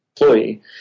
employee